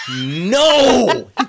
No